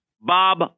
Bob